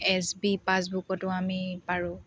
S B পাছবুকতো আমি পাৰোঁ